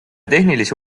tehnilise